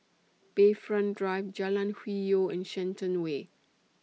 Bayfront Drive Jalan Hwi Yoh and Shenton Way